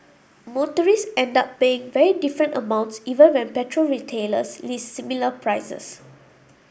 motorists end up paying very different amounts even when petrol retailers list similar prices